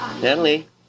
Natalie